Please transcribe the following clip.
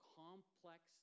complex